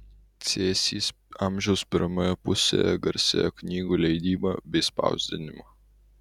cėsys amžiaus pirmoje pusėje garsėjo knygų leidyba bei spausdinimu